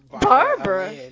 Barbara